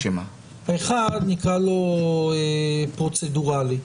האחד, נקרא לו פרוצדורלי.